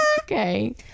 okay